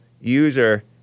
User